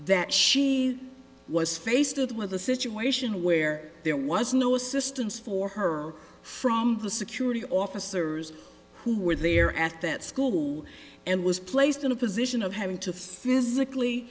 that she was faced with a situation where there was no assistance for her from the security officers who were there at that school and was placed in a position of having to physically